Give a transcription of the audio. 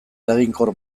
eraginkor